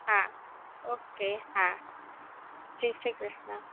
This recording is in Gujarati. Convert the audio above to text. હા ઓકે હા જે શ્રી કૃષ્ણ